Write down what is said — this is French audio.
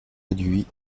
réduit